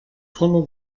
voller